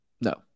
no